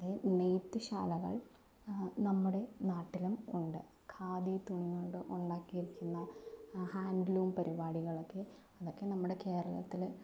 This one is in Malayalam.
അത് നേയ്ത്ത് ശാലകൾ നമ്മുടെ നാട്ടിലും ഉണ്ട് ഖാദീത്തുണി കൊണ്ട് ഉണ്ടാക്കിയിരിക്കുന്ന ഹാൻഡ് ലൂം പരിപാടികളൊക്കെ അതൊക്കെ നമ്മുടെ കേരളത്തിൽ